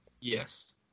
Yes